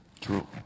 True